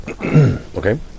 Okay